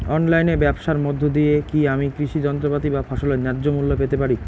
অনলাইনে ব্যাবসার মধ্য দিয়ে কী আমি কৃষি যন্ত্রপাতি বা ফসলের ন্যায্য মূল্য পেতে পারি?